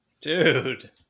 Dude